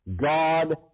God